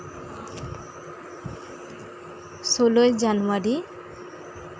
ᱥᱳᱞᱳᱭ ᱡᱟᱱᱩᱣᱟᱨᱤ